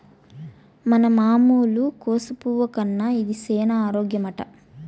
మన మామూలు కోసు పువ్వు కన్నా ఇది సేన ఆరోగ్యమట